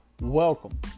welcome